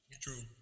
True